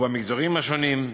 ובמגזרים השונים,